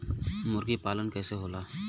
मुर्गी पालन कैसे होला?